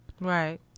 right